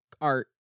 art